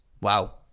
Wow